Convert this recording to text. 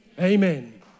Amen